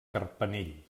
carpanell